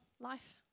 life